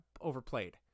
overplayed